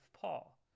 Paul